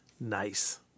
Nice